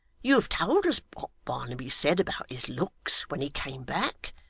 you have told us what barnaby said about his looks, when he came back.